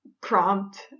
prompt